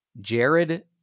Jared